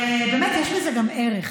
באמת, יש בזה גם ערך.